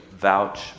vouch